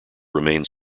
remained